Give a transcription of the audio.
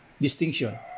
Distinction